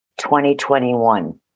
2021